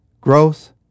growth